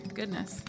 goodness